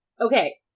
okay